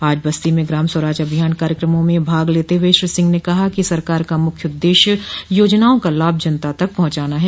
आज बस्ती में ग्राम स्वराज अभियान कार्यक्रमों में भाग लेते हुए श्री सिंह ने कहा कि सरकार का मुख्य उद्देश्य योजनाओं का लाभ जनता तक पहुंचाना है